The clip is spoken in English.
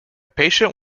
patient